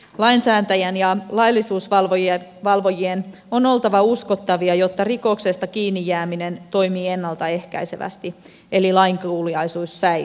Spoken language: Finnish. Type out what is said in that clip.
lainsäätäjän ja laillisuusvalvojien on oltava uskottavia jotta rikoksesta kiinni jääminen toimii ennalta ehkäisevästi eli lainkuuliaisuus säilyy